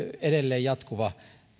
edelleen jatkuva